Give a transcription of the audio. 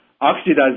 oxidized